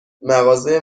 مغازه